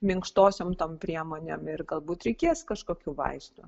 minkštosiom tom priemonėm ir galbūt reikės kažkokių vaistų